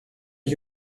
are